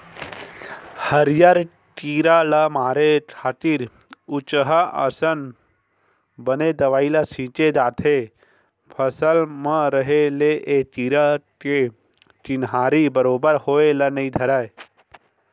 हरियर कीरा ल मारे खातिर उचहाँ असन बने दवई ल छींचे जाथे फसल म रहें ले ए कीरा के चिन्हारी बरोबर होय ल नइ धरय